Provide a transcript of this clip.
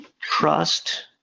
trust